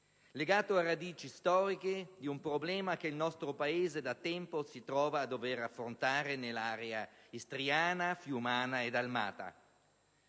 legato a radici storiche di un problema che il nostro Paese da tempo si trova a dover affrontare nell'area istriana, fiumana e dalmata.